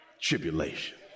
tribulation